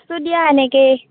আছোঁ দিয়া এনেকেই